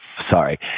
sorry